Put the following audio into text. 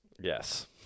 Yes